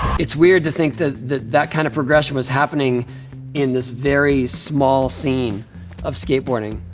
it's weird to think that that that kind of progression was happening in this very small scene of skateboarding.